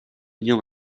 днем